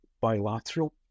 bilateral